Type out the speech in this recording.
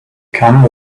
come